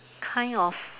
kind of